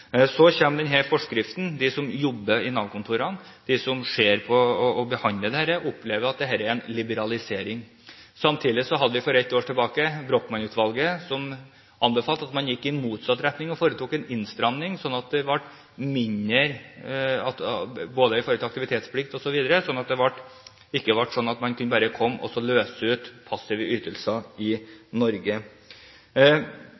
så kommer denne forskriften. De som jobber på Nav-kontorene, de som ser og behandler dette, opplever at det er en liberalisering. Samtidig anbefalte Brochmann-utvalget for et år siden at man skulle gå i motsatt retning og foreta en innstramming i forhold til aktivitetsplikt osv., slik at man ikke bare kunne komme og utløse passive ytelser i